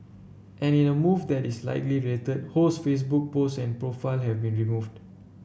and in a move that is likely related Ho's Facebook post and profile have been removed